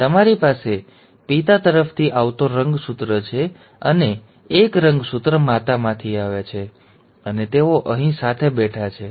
તેથી તમારી પાસે પિતા તરફથી આવતો રંગસૂત્ર છે અને એક રંગસૂત્ર માતામાંથી આવે છે અને તેઓ અહીં સાથે બેઠા છે